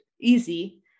easy